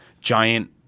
giant